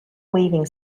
weaving